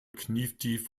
knietief